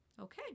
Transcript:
Okay